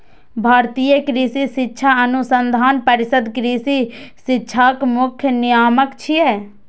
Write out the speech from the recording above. भारतीय कृषि शिक्षा अनुसंधान परिषद कृषि शिक्षाक मुख्य नियामक छियै